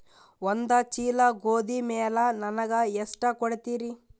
ಒಂದ ಚೀಲ ಗೋಧಿ ಮ್ಯಾಲ ನನಗ ಎಷ್ಟ ಕೊಡತೀರಿ?